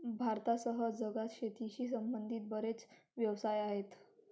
भारतासह जगात शेतीशी संबंधित बरेच व्यवसाय आहेत